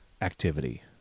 activity